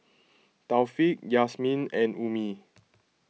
Taufik Yasmin and Ummi